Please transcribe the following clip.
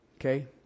Okay